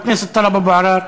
חבר הכנסת טלב אבו עראר,